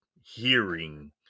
hearing